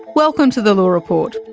welcome to the law report.